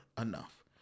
enough